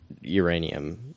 uranium